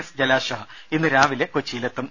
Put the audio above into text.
S Jalashwa ഇന്ന് രാവിലെ കൊച്ചിയിലെത്തും